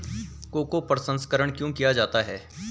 Cocoa प्रसंस्करण क्यों किया जाता है?